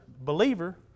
believer